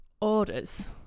orders